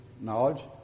knowledge